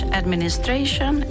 administration